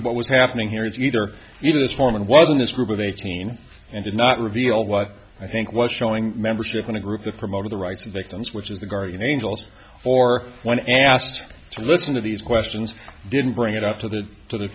of what was happening here is either you know this foreman was in this group of eighteen and did not reveal what i think was showing membership in a group that promoted the rights of victims which is the guardian angels or when asked to listen to these questions didn't bring it up to the to the